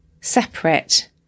separate